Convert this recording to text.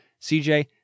CJ